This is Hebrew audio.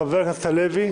חבר הכנסת הלוי.